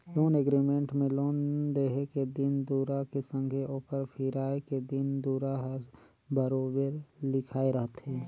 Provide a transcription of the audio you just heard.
loan agreement में loan देहे के दिन दुरा के संघे ओकर फिराए के दिन दुरा हर बरोबेर लिखाए रहथे